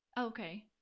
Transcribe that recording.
Okay